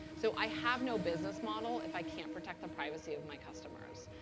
so i have no business model if i can't protect the privacy of my customers.